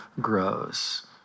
grows